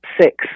six